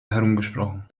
herumgesprochen